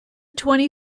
twenty